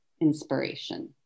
inspiration